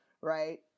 right